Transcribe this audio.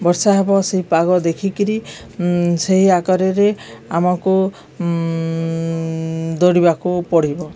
ବର୍ଷା ହେବ ସେଇ ପାଗ ଦେଖିକିରି ସେହି ଆକାରରେ ଆମକୁ ଦୌଡ଼ିବାକୁ ପଡ଼ିବ